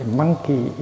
monkey